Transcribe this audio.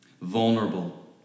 Vulnerable